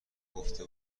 گفته